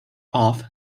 off